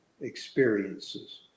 experiences